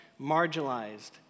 marginalized